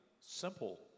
simple